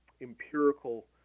empirical